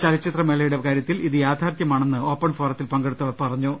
ചലച്ചിത്ര മേളയുടെ കാര്യത്തിൽ ഇത് യാഥാർത്ഥ്യമാണെന്ന് ഓപ്പൺ ഫോറത്തിൽ പങ്കെടുത്തവർ പറ ഞ്ഞു